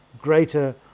greater